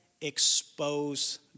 expose